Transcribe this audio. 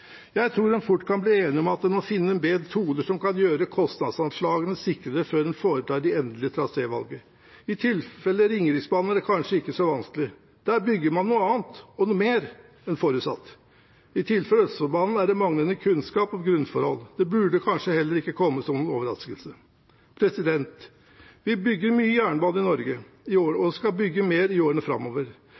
Jeg tror vi fort kan bli enige om at vi må finne bedre metoder som kan gjøre kostnadsanslagene sikrere før en foretar de endelige trasévalgene. I tilfellet Ringeriksbanen er det kanskje ikke så vanskelig. Der bygger man noe annet og noe mer enn forutsatt. I tilfellet Østfoldbanen er det manglende kunnskap om grunnforhold – det burde kanskje ikke komme som en overraskelse. Vi bygger mye jernbane i Norge og skal bygge mer i årene framover.